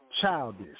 childish